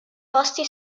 posti